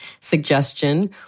suggestion